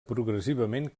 progressivament